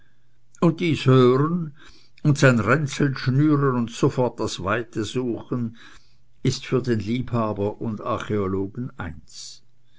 und dies hören und sein ränzel schnüren und sofort das weite suchen ist für den liebhaber und archäologen eins